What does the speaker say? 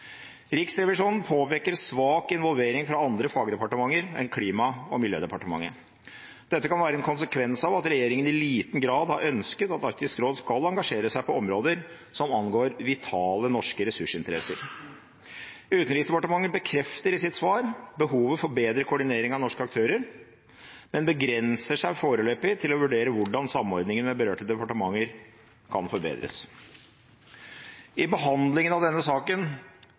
Riksrevisjonen påpeker svak involvering fra andre fagdepartementer enn Klima- og miljødepartementet. Dette kan være en konsekvens av at regjeringen i liten grad har ønsket at Arktisk råd skal engasjere seg på områder som angår vitale norske ressursinteresser. Utenriksdepartementet bekrefter i sitt svar behovet for bedre koordinering av norske aktører, men begrenser seg foreløpig til å vurdere hvordan samordningen med berørte departementer kan forbedres. Ved behandlingen av denne saken